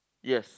yes